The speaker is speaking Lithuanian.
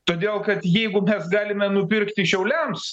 todėl kad jeigu mes galime nupirkti šiauliams